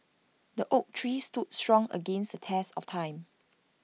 the oak tree stood strong against the test of time